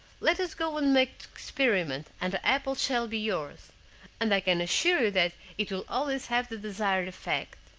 let us go and make the experiment, and the apple shall be yours and i can assure you that it will always have the desired effect.